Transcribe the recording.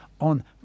on